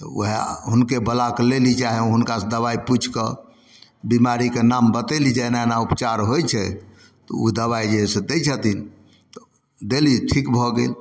तऽ ओएह हुनके बोलाके लैली चाहे हुनकासँ दबाइ पुछिकऽ बीमारीके नाम बतेली जे एना एना उपचार होइ छै तऽ उ दबाइ जे हइ से दै छथिन देली ठीक भऽ गेल